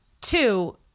Two